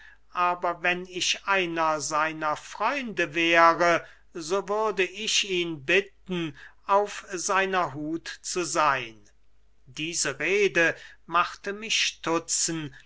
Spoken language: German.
aber wenn ich einer seiner freunde wäre so würde ich ihn bitten auf seiner huth zu seyn diese rede machte mich stutzen